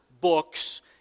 books